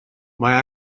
mae